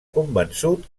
convençut